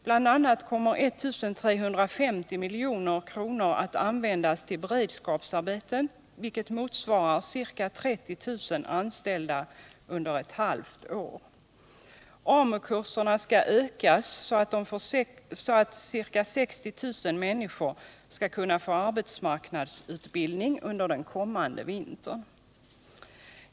Bl.a. kommer 1 350 milj.kr. att användas till beredskapsarbeten, vilket motsvarar ca 30 000 anställda under ett halvt år. AMU-kurserna skall ökas så att ca 60 000 människor skall kunna få arbetsmarknadsutbildning under den kommande vintern.